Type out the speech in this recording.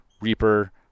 reaper